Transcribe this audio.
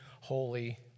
Holy